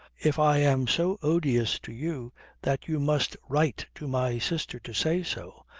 if i am so odious to you that you must write to my sister to say so,